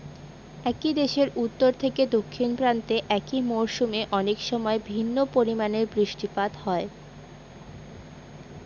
একই দেশের উত্তর থেকে দক্ষিণ প্রান্তে একই মরশুমে অনেকসময় ভিন্ন পরিমানের বৃষ্টিপাত হয়